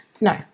No